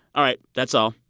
all right, that's all.